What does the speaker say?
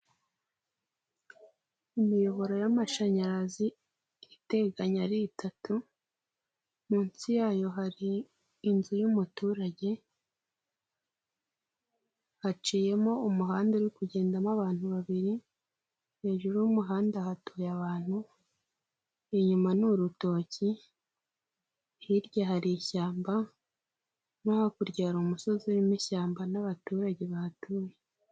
Imiyoboro y'amashanyarazi iteganye ari itatu, munsi yayo hari inzu y'umuturage, haciyemo umuhanda uri kugendamo abantu babiri, hejuru y'umuhanda hatuye abantu, inyuma ni urutoki, hirya hari ishyamba no hakurya hari umusozi urimo ishyamba n'abaturage bahatuye.